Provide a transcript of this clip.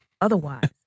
Otherwise